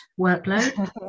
workload